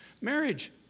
marriage